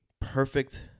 perfect